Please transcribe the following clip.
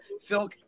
Phil